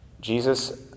Jesus